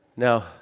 Now